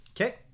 Okay